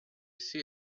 see